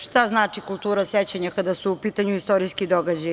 Šta znači „kultura sećanja“ kada su u pitanju istorijski događaji?